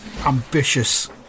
ambitious